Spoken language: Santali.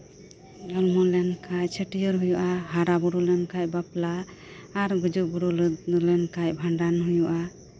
ᱡᱚᱱᱢᱚ ᱞᱮᱱ ᱠᱷᱟᱡ ᱪᱷᱟᱹᱴᱭᱟᱹᱨ ᱦᱩᱭᱩᱜᱼᱟ ᱦᱟᱨᱟ ᱵᱩᱨᱩ ᱞᱮᱱ ᱠᱷᱟᱡ ᱵᱟᱯᱞᱟ ᱟᱨ ᱜᱩᱡᱩᱜ ᱜᱩᱨᱩᱜ ᱞᱮᱱᱠᱷᱟᱡ ᱵᱷᱟᱸᱰᱟᱱ ᱦᱩᱭᱩᱜᱼᱟ